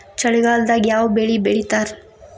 ಚಳಿಗಾಲದಾಗ್ ಯಾವ್ ಬೆಳಿ ಬೆಳಿತಾರ?